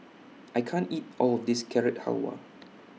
I can't eat All of This Carrot Halwa